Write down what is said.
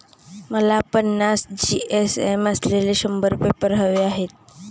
मला पन्नास जी.एस.एम असलेले शंभर पेपर हवे आहेत